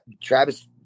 Travis